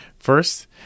First